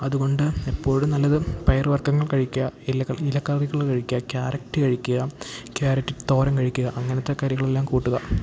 അതുകൊണ്ട് എപ്പോഴും നല്ലത് പയർ വർഗ്ഗങ്ങൾ കഴിക്കുക ഇലകൾ ഇലക്കറികൾ കഴിക്കുക കാരറ്റ് കഴിക്കുക കാരറ്റ് തോരൻ കഴിക്കുക അങ്ങനത്തെ കറികളെല്ലാം കൂട്ടുക